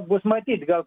bus matyt gal